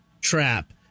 trap